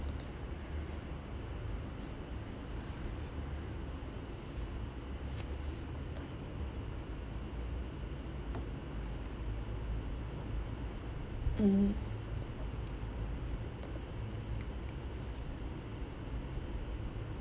mm